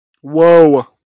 Whoa